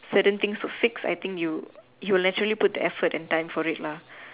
certain things to fix I think you you naturally put the effort and time for it lah